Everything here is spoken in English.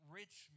rich